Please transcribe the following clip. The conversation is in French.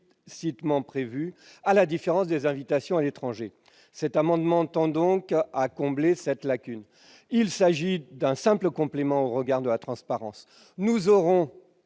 explicitement prévue, à la différence des invitations à l'étranger. Le présent amendement tend à combler cette lacune. Il s'agit d'un simple complément au regard de la transparence. Mes chers